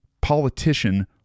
politician